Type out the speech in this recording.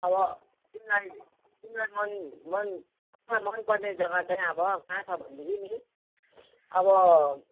अब तिमीलाई तिमीलाई मन मन मनपर्ने जग्गा चाहिँ अब कहाँ छ भनेदेखि नि अब